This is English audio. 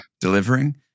delivering